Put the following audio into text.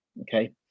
okay